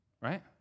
right